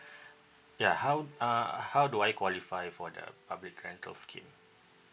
ya how uh how do I qualify for the public rental scheme